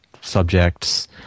subjects